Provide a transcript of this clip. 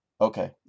Okay